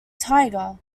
tiger